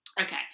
Okay